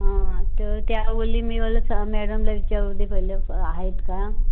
हां तर त्या बोलली मी बोललंच मॅडमला विचारू दे पहिलं आहेत का